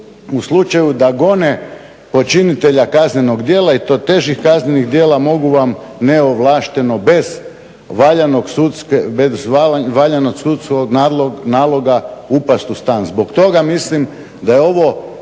u slučaju da gone počinitelja kaznenog djela i to težih kaznenih djela mogu vam neovlašteno bez valjanog sudskog naloga upasti u stan. Zbog toga mislim da je ovo